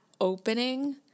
opening